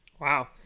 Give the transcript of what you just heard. Wow